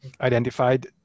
identified